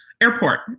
airport